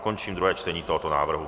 Končím druhé čtení tohoto návrhu.